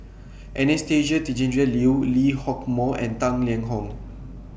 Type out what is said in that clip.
Anastasia Tjendri Liew Lee Hock Moh and Tang Liang Hong